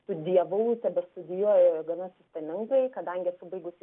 studijavau ir tebestudijuoju gana sistemingai kadangi esu baigusi